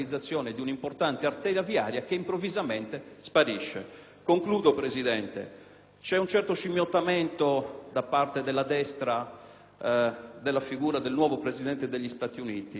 C'è un certo scimmiottamento da parte della destra della figura del nuovo Presidente degli Stati Uniti. Credo che dal Mezzogiorno, per questo saccheggio delle risorse già impegnate che